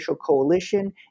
coalition